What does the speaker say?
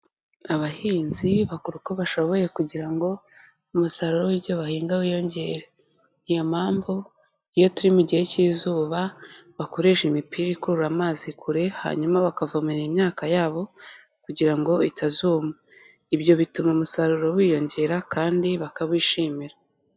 Abahinzi bakora uko bashoboye kugira ngo, umusaruro w'ibyo bahinga wiyongere. Iyo mpamvu, iyo turi mu gihe cy'izuba, bakoresha imipira ikurura amazi kure, hanyuma bakavomera imyaka yabo, kugira ngo itazuma. Ibyo bituma umusaruro wiyongera, kandi bakawishimira.